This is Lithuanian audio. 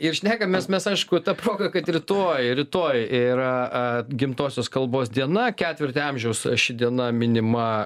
ir šnekamės mes aišku ta proga kad rytoj rytoj yra a gimtosios kalbos diena ketvirtį amžiaus ši diena minima